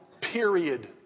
period